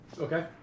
Okay